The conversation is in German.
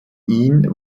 ihn